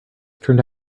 turned